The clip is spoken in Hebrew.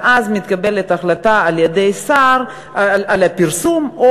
ואז מתקבלת החלטה על-ידי השר על פרסום או